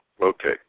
Okay